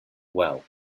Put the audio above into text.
well